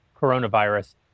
coronavirus